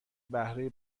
بهره